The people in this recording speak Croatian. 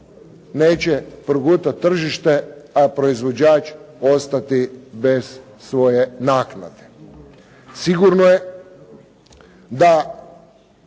neće progutat tržište, a proizvođač ostati bez svoje naknade. Sigurno je da